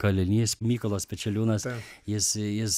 kalinys mykolas pečeliūnas jis jis